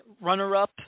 runner-up